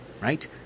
right